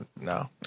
No